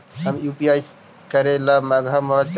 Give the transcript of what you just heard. हम यु.पी.आई करे ला महंगा मोबाईल चाही?